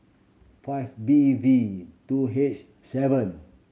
five B V two H seven